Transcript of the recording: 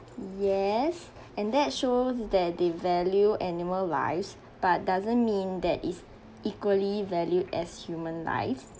yes and that show that they value animal lives but doesn't mean that is equally valued as human life